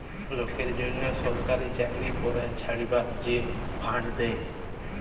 লকের জ্যনহ ছরকারি চাকরির পরে ছরকার যে ফাল্ড দ্যায়